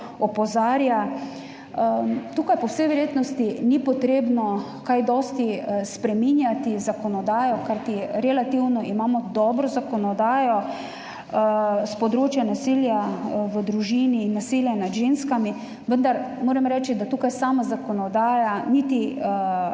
opozarja. Tukaj po vsej verjetnosti ni potrebno kaj dosti spreminjati zakonodaje, kajti imamo relativno dobro zakonodajo s področja nasilja v družini in nasilja nad ženskami. Vendar moram reči, da tukaj zakonodaja sama